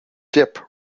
dip